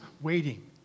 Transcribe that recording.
waiting